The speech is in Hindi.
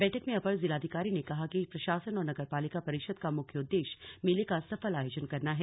बैठक में अपर जिलाधिकारी ने कहा कि प्रशासन और नगरपालिका परिषद का मुख्य उद्देश्य मेले का सफल आयोजन करना है